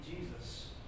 Jesus